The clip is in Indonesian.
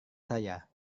saya